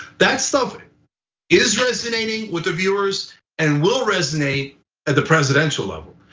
that stuff is resonating with the viewers and will resonate at the presidential level.